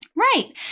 Right